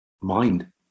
mind